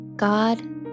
God